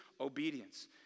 obedience